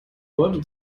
leute